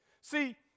See